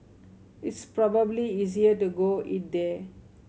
it's probably easier to go eat there